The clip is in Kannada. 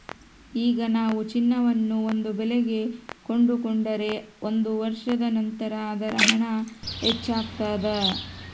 ಈಗ ನಾವು ಚಿನ್ನವನ್ನು ಒಂದು ಬೆಲೆಗೆ ಕೊಂಡುಕೊಂಡರೆ ಒಂದು ವರ್ಷದ ನಂತರ ಅದರ ಹಣ ಹೆಚ್ಚಾಗ್ತಾದ